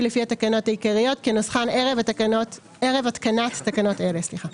לפי התקנות העיקריות כנוסחן ערב התקנת תקנות אלה.